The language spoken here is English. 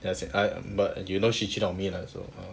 ya as in but you know she cheat on me lah so